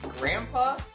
grandpa